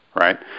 right